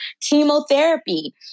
chemotherapy